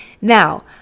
Now